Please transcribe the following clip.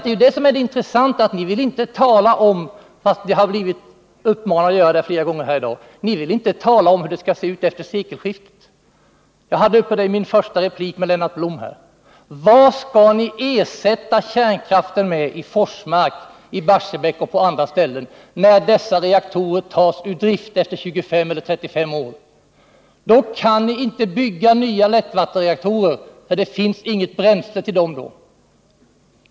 Det intressanta är ju att ni inte vill tala om, trots att ni blivit uppmanade flera gånger här i dag att göra det, hur det skall se ut efter sekelskiftet. Redan i min första replik till Lennart Blom ställde jag frågan: Vad skall ni ersätta kärnkraften med i Forsmark, Barsebäck och på andra ställen, när de reaktorerna tas ur bruk efter 25 eller 35 år? Då kan ni inte bygga nya lättvattenreaktorer, för det finns inget bränsle till dem då.